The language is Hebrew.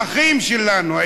האחים שלנו,